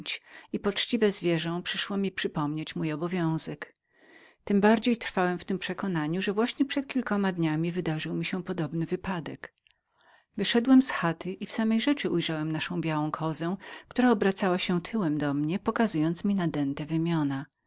i poczciwe zwierzę przyszło mi przypomnieć mój obowiązek tem bardziej trwałem w tem przekonaniu że właśnie przed kilkoma dniami wydarzył mi się podobny wypadek wyszedłem z chaty i w samej rzeczy ujrzałem naszą białą kozę która obracała się tyłem do mnie pokazując mi nadęte wymiona